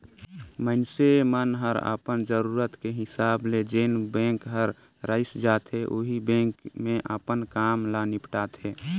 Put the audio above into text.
मइनसे मन हर अपन जरूरत के हिसाब ले जेन बेंक हर रइस जाथे ओही बेंक मे अपन काम ल निपटाथें